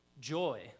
joy